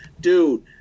dude